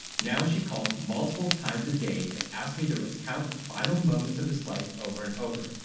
now she calls multiple times a day to ask me to recount the final moments of his life over and over.